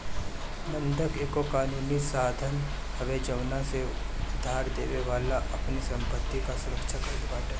बंधक एगो कानूनी साधन हवे जवना से उधारदेवे वाला अपनी संपत्ति कअ सुरक्षा करत बाटे